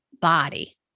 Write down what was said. body